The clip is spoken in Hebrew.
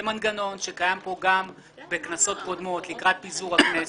זה מנגנון שהיה קיים גם בכנסות קודמות לקראת פיזור הכנסת.